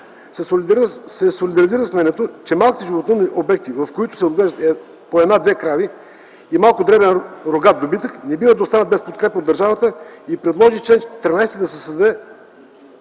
се солидаризира с мнението, че малките животновъдни обекти, в които се отглеждат по 1-2 крави и малко дребен рогат добитък не бива да остават без подкрепа от държавата и предложи в чл. 13 да се създаде